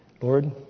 Lord